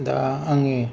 दा आङो